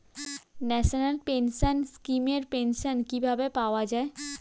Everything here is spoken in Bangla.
ন্যাশনাল পেনশন স্কিম এর পেনশন কিভাবে পাওয়া যায়?